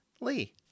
lee